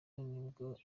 nibwo